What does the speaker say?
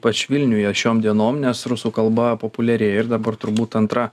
ypač vilniuje šiom dienom nes rusų kalba populiari ir dabar turbūt antra